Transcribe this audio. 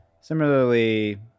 similarly